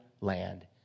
land